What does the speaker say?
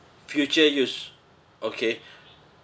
future use okay